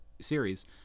series